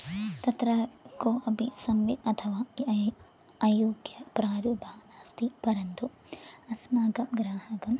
तत्र कोपि सम्यक् अथवा अय् अयोग्यप्रारूपः नास्ति परन्तु अस्माकं ग्राहकम्